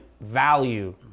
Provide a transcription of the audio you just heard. value